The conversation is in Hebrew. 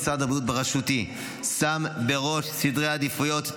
משרד הבריאות בראשותי שם בראש סדרי העדיפויות את